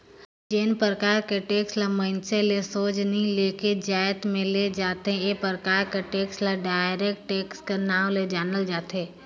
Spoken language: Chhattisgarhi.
जेन परकार के टेक्स ल मइनसे ले सोझ नी लेके जाएत में ले जाथे ए परकार कर टेक्स ल इनडायरेक्ट टेक्स कर नांव ले जानल जाथे